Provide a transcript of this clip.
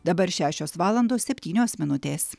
dabar šešios valandos septynios minutės